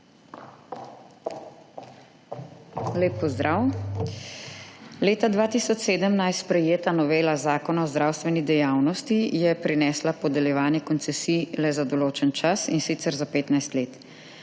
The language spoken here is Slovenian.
Lep pozdrav! Leta 2017 sprejeta novela Zakona o zdravstveni dejavnosti je prinesla podeljevanje koncesij le za določen čas, in sicer za 15 let.